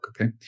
Okay